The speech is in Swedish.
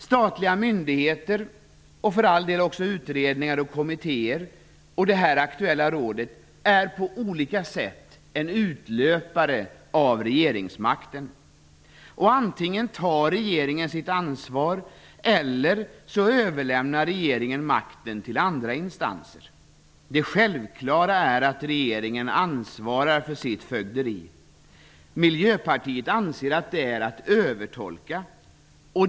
Statliga myndigheter och för all del också utredningar och kommittéer och det aktuella rådet är på olika sätt utlöpare av regeringsmakten. Antingen tar regeringen sitt ansvar eller så överlämnar regeringen makten till andra instanser. Det självklara är att regeringen ansvarar för sitt fögderi. Miljöpartiet anser att det är att övertolka.